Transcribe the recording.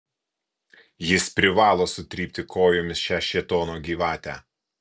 jis privalo sutrypti kojomis šią šėtono gyvatę